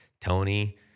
Tony